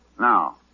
Now